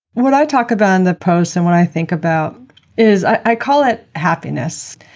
what i talked about in the post and what i think about is i call it happiness.